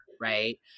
right